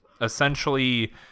essentially